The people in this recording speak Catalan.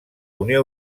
unió